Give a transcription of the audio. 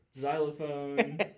xylophone